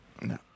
no